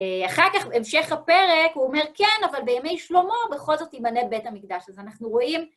אחר כך, המשך הפרק, הוא אומר, כן, אבל בימי שלמה בכל זאת יבנה בית המקדש, אז אנחנו רואים...